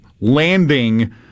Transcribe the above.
landing